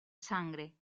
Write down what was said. sangre